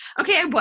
okay